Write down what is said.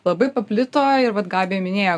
labai paplito ir vat gabija minėjo